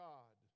God